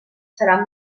serà